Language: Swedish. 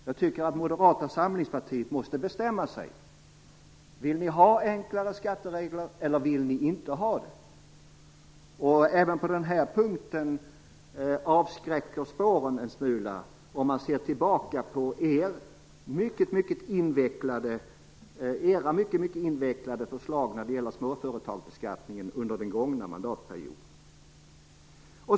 Jag tycker att Moderata samlingspartiet måste bestämma sig. Vill ni ha enklare skatteregler, eller vill ni inte ha det? Även på den här punkten avskräcker spåren en smula, om man ser tillbaka på era mycket invecklade förslag när det gäller småföretagsbeskattningen under den gångna mandatperioden.